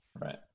Right